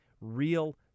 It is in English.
real